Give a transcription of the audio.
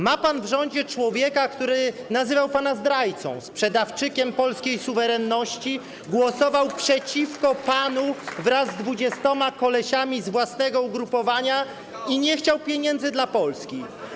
Ma pan w rządzie człowieka, który nazywał pana zdrajcą, sprzedawczykiem polskiej suwerenności, głosował przeciwko panu wraz z 20 kolesiami z własnego ugrupowania i nie chciał pieniędzy dla Polski.